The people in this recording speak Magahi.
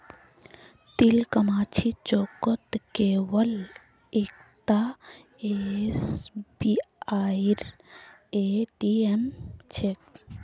तिलकमाझी चौकत केवल एकता एसबीआईर ए.टी.एम छेक